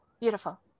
Beautiful